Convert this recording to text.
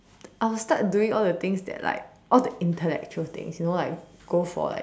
I will start doing all the things that like all the intellectual things you know like go for like